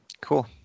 Cool